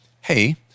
hey